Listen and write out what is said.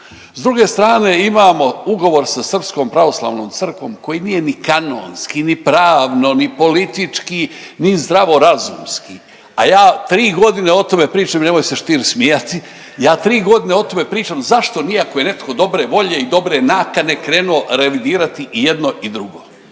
S druge strane imamo ugovor s Srpskom pravoslavnom crkvom koji nije ni kanonski, ni pravno, ni politički, ni zdravorazumski, a ja 3 godine o tome pričam i nemoj se Stier smijati, ja 3 godine o tome pričam zašto nije ako je netko dobre volje i dobre nakane krenuo revidirati i jedno i drugo.